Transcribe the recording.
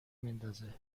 میندازه